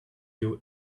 you